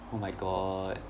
oh my god